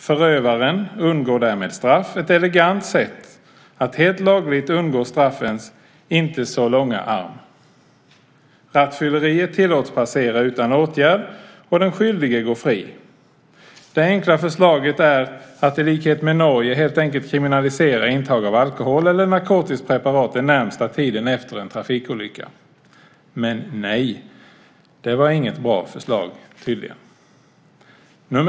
Förövaren undgår därmed straff, ett elegant sätt att helt lagligt undgå lagens inte så långa arm. Rattfylleriet tillåts passera utan åtgärd, och den skyldige går fri. Det enkla förslaget är att i likhet med Norge helt enkelt kriminalisera intag av alkohol eller narkotiskt preparat den närmaste tiden efter en trafikolycka. Men nej, det var inget bra förslag tydligen.